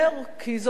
כי זאת האמת,